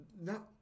no